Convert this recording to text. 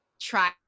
try